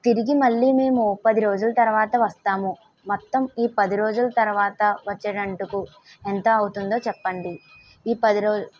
తిరిగి మళ్లీ మేము పది రోజులు తర్వాత వస్తాము మొత్తం ఈ పది రోజుల తర్వాత వచ్చేటందుకు ఎంత అవుతుందో చెప్పండి ఈ పది రోజులు